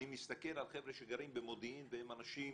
אני מסתכל על חבר'ה שגרים במודיעין והם אנשים